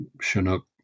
Chinook